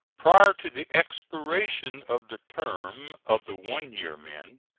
prior to the expiration of the term of the one-year men,